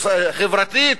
חברתית,